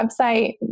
website